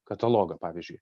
katalogą pavyzdžiui